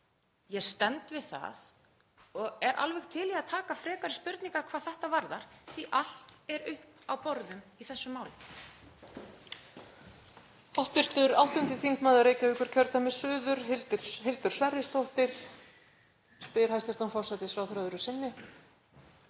Ég stend við það og er alveg til í að taka frekari spurningar hvað þetta varðar því að allt er uppi á borðum í þessu máli.